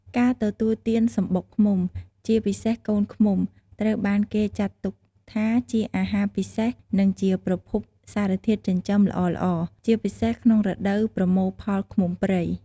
ការទទួលទានសំបុកឃ្មុំ ជាពិសេសកូនឃ្មុំ ត្រូវបានគេចាត់ទុកថាជាអាហារពិសេសនិងជាប្រភពសារធាតុចិញ្ចឹមល្អៗ ជាពិសេសក្នុងរដូវប្រមូលផលឃ្មុំព្រៃ។